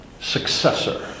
successor